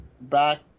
back